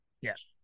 Yes